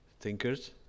thinkers